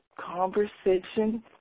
conversation